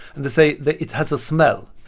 and they say that it has a smell.